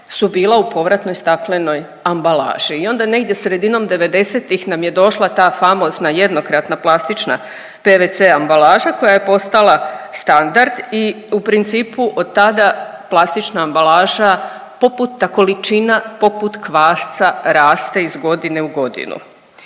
su bila u povratnoj stambenoj ambalaži i onda negdje sredinom '90.-tih nam je došla ta famozna jednokratna plastična PVC ambalaža koja je postala standard i u principu od tada plastična ambalaža poput ta količina poput kvasca raste iz godine u godinu.